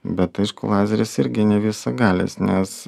bet aišku lazeris irgi ne visagalis nes